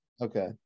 Okay